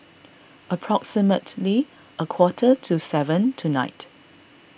approximately a quarter to seven tonight